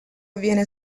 viene